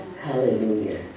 Hallelujah